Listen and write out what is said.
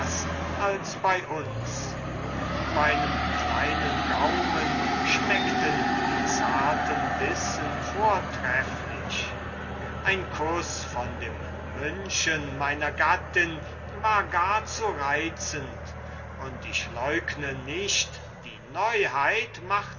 als bei uns meinem kleinen gaumen schmeckten die zarten bissen vortrefflich ein kuß von dem mündchen meiner gattin war gar zu reizend und ich leugne nicht die neuheit machte